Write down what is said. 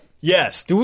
Yes